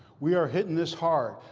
we are hitting this hard.